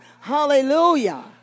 Hallelujah